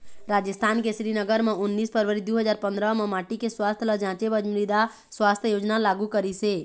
राजिस्थान के श्रीगंगानगर म उन्नीस फरवरी दू हजार पंदरा म माटी के सुवास्थ ल जांचे बर मृदा सुवास्थ योजना लागू करिस हे